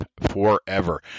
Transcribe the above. forever